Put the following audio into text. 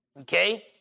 okay